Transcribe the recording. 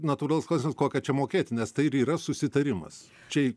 natūralus klausimas kokią čia mokėti nes tai ir yra susitarimas čia